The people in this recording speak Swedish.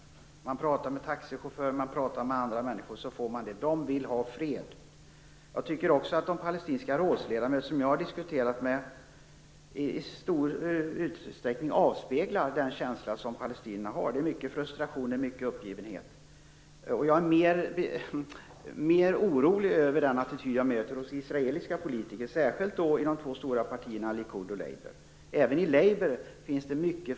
När man pratar med taxichaufförer och andra människor säger de att de vill ha fred. De diskussioner som jag har haft med palestinska rådsledamöter avspeglar i stor utsträckning känslorna hos palestinierna - stor frustration och uppgivenhet. Jag är mer orolig över den attityd som jag möter hos israeliska politiker, särskilt i de två stora partierna Likud och Labour. Även i Labour finns många frågetecken.